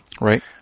Right